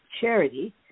charity